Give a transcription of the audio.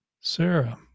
Sarah